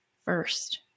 first